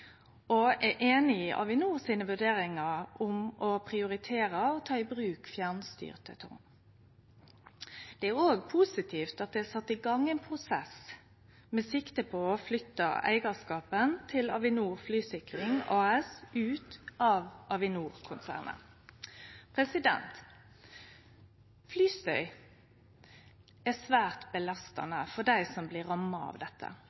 eg er einig i Avinor sine vurderingar om å prioritere og ta i bruk fjernstyrte tårn. Det er òg positivt at det er sett i gang ein prosess med sikte på å flytte eigarskapen til Avinor Flysikring AS ut av Avinor-konsernet. Flystøy er svært belastande for dei som blir ramma av